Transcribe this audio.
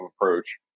approach